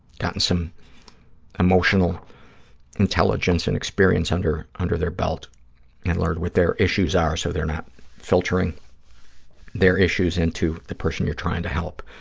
gotten some emotional intelligence and experience under under their belt and learned what their issues are so they're not filtering their issues into the person you're trying to help.